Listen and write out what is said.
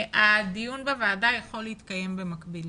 הדיון בוועדה יכול להתקיים במקביל